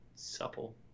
supple